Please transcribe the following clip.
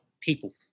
people